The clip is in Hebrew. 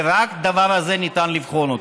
ורק את הדבר הזה ניתן לבחון.